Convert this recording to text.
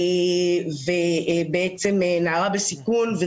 נערה בסיכון,